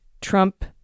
Trump